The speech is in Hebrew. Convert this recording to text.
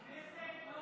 הכנסת לא